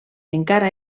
encara